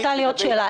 הייתה לי עוד שאלה,